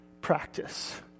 practice